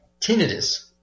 tinnitus